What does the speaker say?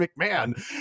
McMahon